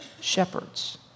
shepherds